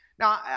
Now